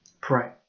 pray